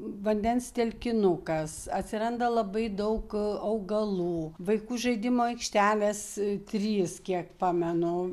vandens telkinukas atsiranda labai daug augalų vaikų žaidimo aikštelės trys kiek pamenu